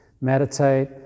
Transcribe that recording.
meditate